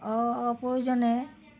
অপ্রয়োজনে